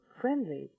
friendly